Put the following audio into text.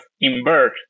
invert